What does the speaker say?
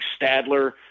Stadler